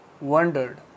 Wondered